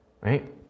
right